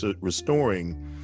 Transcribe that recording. restoring